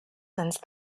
since